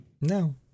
no